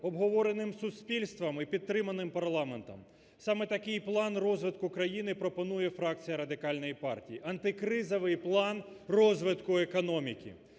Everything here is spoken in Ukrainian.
обговореним суспільством і підтриманим парламентом. Саме такий план розвитку країни пропонує фракція Радикальної партії. Антикризовий план розвитку економіки.